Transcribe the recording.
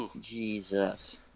Jesus